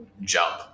jump